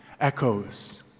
echoes